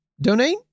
donate